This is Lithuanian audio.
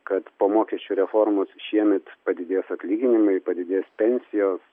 kad po mokesčių reformos šiemet padidės atlyginimai padidės pensijos